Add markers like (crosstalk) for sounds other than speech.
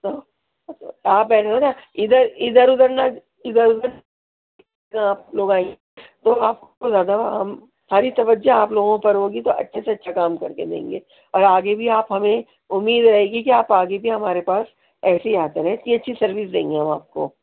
(unintelligible) آپ بیٹھو نا اِدھر اِدھر اِدھر اُدھر اِدھر اُدھر (unintelligible) تو آپ کو زیادہ ساری توجہ آپ لوگوں پر ہوگی تو اچھے سے اچھا کام کر کے دیں گے اور آگے بھی آپ ہمیں امید رہے گی کہ آپ آگے بھی ہمارے پاس ایسے ہی آتے رہیں اتنی اچھی سروس دیں گے ہم آپ کو